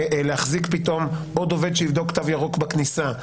שצריך להחזיק עוד עובד שיבדוק תו ירוק בכניסה,